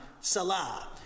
Salah